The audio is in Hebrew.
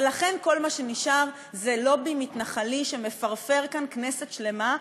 ולכן כל מה שנשאר זה לובי מתנחלי שמפרפר כאן כנסת שלמה.